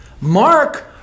Mark